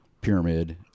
pyramid